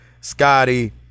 scotty